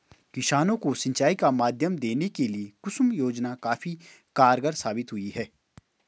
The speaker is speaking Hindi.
किसानों को सिंचाई का माध्यम देने के लिए कुसुम योजना काफी कारगार साबित हुई है